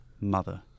mother